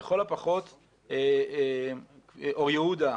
אור יהודה,